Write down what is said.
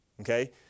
Okay